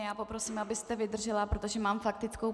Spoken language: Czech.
Já poprosím, abyste vydržela, protože mám faktickou...